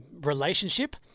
relationship